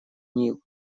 нил